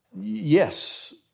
yes